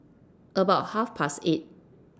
about Half Past eight